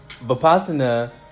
vipassana